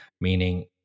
Meaning